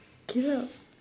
caleb